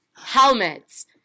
Helmets